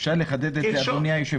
אפשר לחדד את זה, אדוני היושב-ראש?